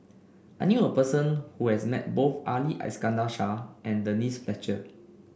I knew a person who has met both Ali Iskandar Shah and Denise Fletcher